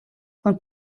von